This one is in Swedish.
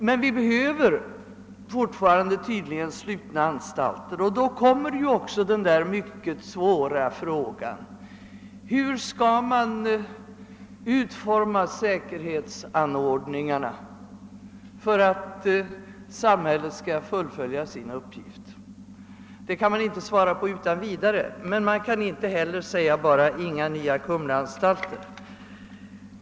Men .vi behöver tydligen alltjämt slutna anstalter, och då uppstår den mycket svåra frågan hur vi skall utforma säkerhetsanordningarna för att samhället skall kunna fullfölja sina uppgifter. Den frågan kan man inte utan vidare svara på, men man kan inte heller utan vidare säga: Inga nya Kumlaanstalter!